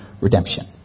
redemption